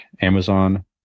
Amazon